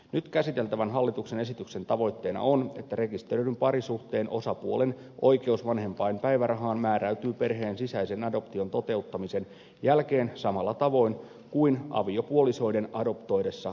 nyt käsiteltävän hallituksen esityksen tavoitteena on että rekisteröidyn parisuhteen osapuolen oikeus vanhempainpäivärahaan määräytyy perheen sisäisen adoption toteuttamisen jälkeen samalla tavoin kuin aviopuolisoiden adoptoidessa yhteisen lapsen